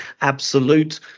absolute